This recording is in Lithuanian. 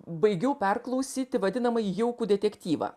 baigiau perklausyti vadinamąjį jaukų detektyvą